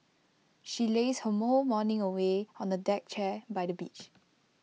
she lazed her more morning away on A deck chair by the beach